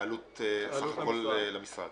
העלות סך הכול למשרד?